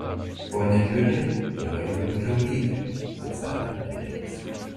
ponia kiuri yra jūrų kiaulytė atsakė erikas